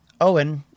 Owen